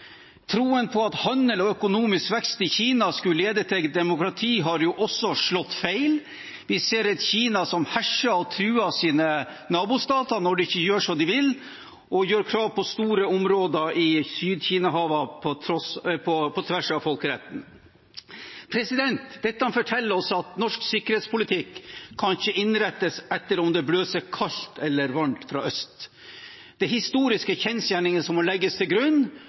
Troen på at handel og økonomisk vekst i Kina skulle lede til demokrati, har også slått feil. Vi ser et Kina som herser og truer nabostatene når de ikke gjør som Kina vil, og som gjør krav på store områder i Sydkinahavet, på tvers av folkeretten. Dette forteller oss at norsk sikkerhetspolitikk ikke kan innrettes etter om det blåser kaldt eller varmt fra øst. Det er historiske kjensgjerninger som må ligge til grunn,